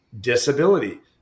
disability